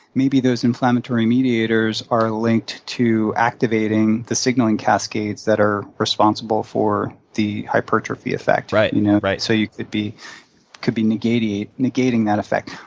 maybe those inflammatory mediators are linked to activating the signaling cascades that are responsible for the hypertrophy effect. right, you know right. so you could be could be negating negating that effect.